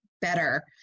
better